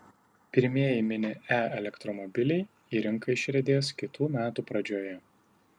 pirmieji mini e elektromobiliai į rinką išriedės kitų metų pradžioje